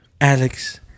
Alex